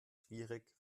schwierig